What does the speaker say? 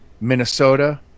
Minnesota